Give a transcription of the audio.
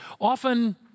often